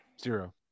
Zero